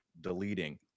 deleting